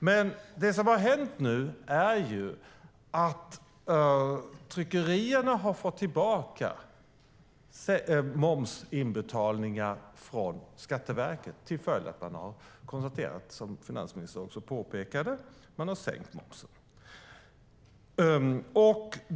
Det som nu har hänt är att tryckerierna har fått tillbaka momsinbetalningar från Skatteverket eftersom man, som finansministern också påpekade, har sänkt momsen.